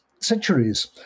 centuries